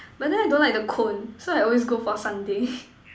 but then I don't like the cone so I always go for sundae